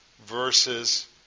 versus